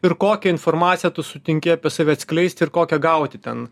ir kokią informaciją tu sutinki apie save atskleist ir kokią gauti ten